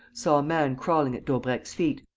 saw a man crawling at daubrecq's feet,